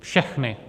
Všechny.